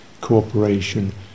cooperation